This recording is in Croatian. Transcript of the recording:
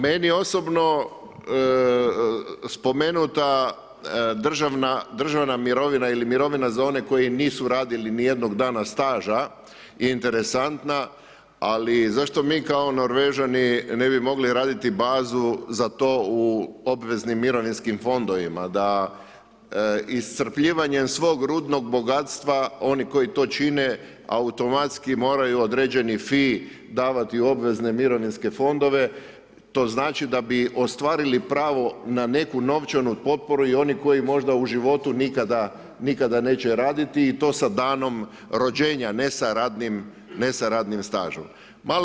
Meni osobno spomenuta državna mirovina ili mirovina za one koji nisu radili ni jednog dana staža je interesantna, ali zašto mi kao Norvežani ne bi mogli raditi bazu za to u obveznim mirovinskim fondovima, da iscrpljivanjem svog rudnog bogatstva, oni koji to čine automatski moraju određeni fee davati u obvezne mirovinske fondove, to znači da bi ostvarili pravo na neku novčanu potporu i oni koji možda u životu nikada, nikada neće raditi i to sa danom rođenja, ne sa radnim, ne sa radnim stažom.